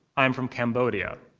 i am from cambodia.